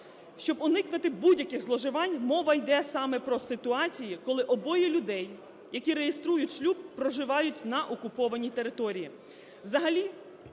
Щоб уникнути будь-яких зловживань, мова йде саме про ситуацію, коли обоє людей, які реєструють шлюб, проживають на окупованій території.